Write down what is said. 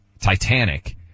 Titanic